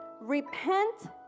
repent